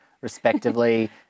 respectively